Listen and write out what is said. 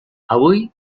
avui